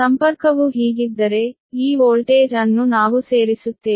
ಸಂಪರ್ಕವು ಹೀಗಿದ್ದರೆ ಈ ವೋಲ್ಟೇಜ್ ಅನ್ನು ನಾವು ಸೇರಿಸುತ್ತೇವೆ